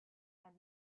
and